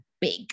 big